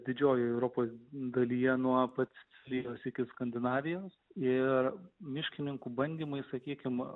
didžiojoje europos dalyje nuo pat ryto iki skandinavijos ir miškininkų bandymai sakykime